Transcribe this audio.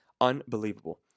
Unbelievable